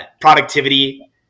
productivity